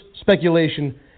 speculation